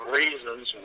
reasons